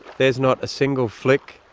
there is not a single flick,